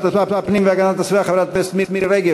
הפנים והגנת הסביבה חברת הכנסת מירי רגב,